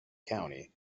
county